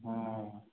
হ্যাঁ